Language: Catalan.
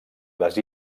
les